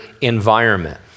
environment